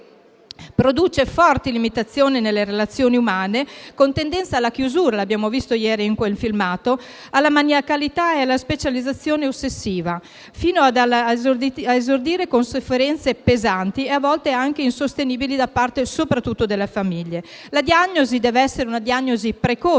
produce forti limitazioni nelle relazioni umane, con tendenza alla chiusura - lo abbiamo visto ieri nel filmato - alla maniacalità e alla specializzazione ossessiva, fino ad esordire con sofferenze pesanti e a volte anche insostenibili, da parte soprattutto delle famiglie. È fondamentale che la diagnosi sia precoce,